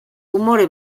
umore